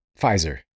Pfizer